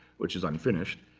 which is unfinished,